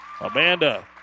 Amanda